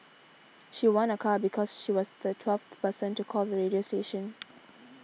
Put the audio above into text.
she won a car because she was the twelfth person to call the radio station